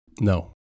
no